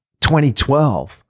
2012